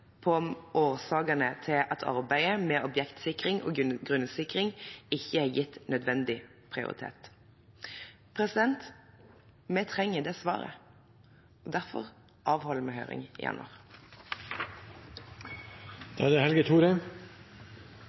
årsakene til at arbeidet med objektsikring og grunnsikring ikke er gitt nødvendig prioritet». Vi trenger det svaret, og derfor avholder vi høring i